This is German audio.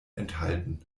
enthalten